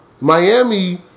Miami